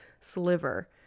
Sliver